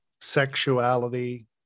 sexuality